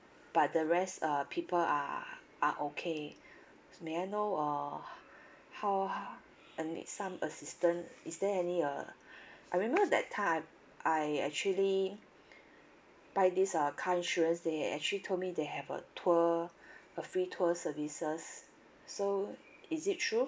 but the rest uh people are are okay may I know uh h~ how h~ I need some assistance is there any uh I remember that time I I actually buy this uh car insurance they actually told me they have a tow a free tow services so is it true